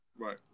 Right